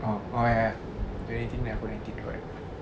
oh oh ya ya twenty eighteen aku nineteen correct